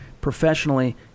professionally